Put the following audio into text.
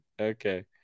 okay